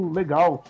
legal